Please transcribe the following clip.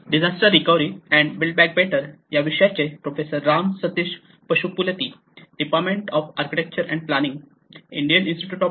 disaster recovery and build back better course मध्ये आपले स्वागत आहे